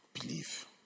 Believe